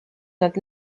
nad